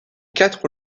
quatre